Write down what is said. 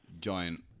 giant